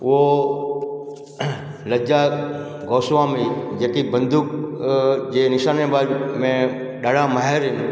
उहो लज्जा गोसवामी जेकी बंदूक जे निशाने बाज़ में ॾाढा माहिरु आहिनि